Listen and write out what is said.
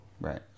Right